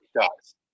shots